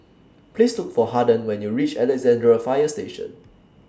Please Look For Haden when YOU REACH Alexandra Fire Station